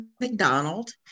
McDonald